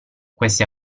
queste